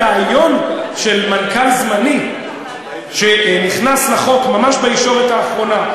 הרעיון של מנכ"ל זמני שנכנס לחוק ממש בישורת האחרונה,